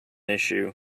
issue